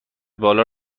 بالا